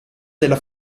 della